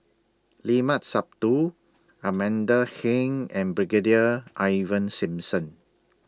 Limat Sabtu Amanda Heng and Brigadier Ivan Simson